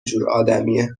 جورآدمیه